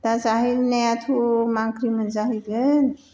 दा जाहैनायाथ' मा ओंख्रि मोनजाहैगोन